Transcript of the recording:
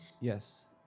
yes